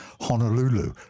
Honolulu